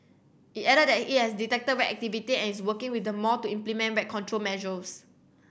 it added that it has detected rat activity and is working with the mall to implement rat control measures